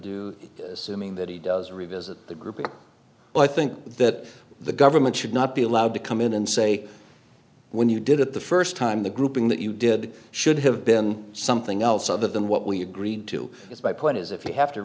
assuming that he doesn't revisit the group but i think that the government should not be allowed to come in and say when you did it the first time the grouping that you did should have been something else other than what we agreed to it's my point is if we have to